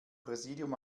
präsidium